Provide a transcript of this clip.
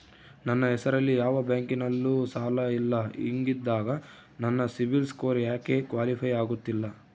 ನನ್ನ ಹೆಸರಲ್ಲಿ ಯಾವ ಬ್ಯಾಂಕಿನಲ್ಲೂ ಸಾಲ ಇಲ್ಲ ಹಿಂಗಿದ್ದಾಗ ನನ್ನ ಸಿಬಿಲ್ ಸ್ಕೋರ್ ಯಾಕೆ ಕ್ವಾಲಿಫೈ ಆಗುತ್ತಿಲ್ಲ?